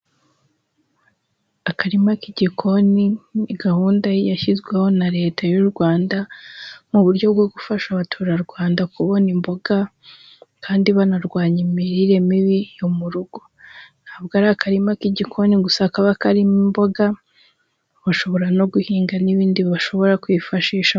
Akarima k'igikoni ni gahunda yashyizweho na Leta y'u Rwanda, mu buryo bwo gufasha abaturarwanda kubona imboga kandi banarwanya imirire mibi yo mu rugo, ntabwo ari akarima k'igikoni gusa kaba karimo imboga, ushobora no guhinga n'ibindi bashobora kwifashishamo.